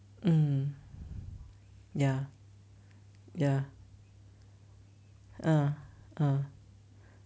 um ya ya uh uh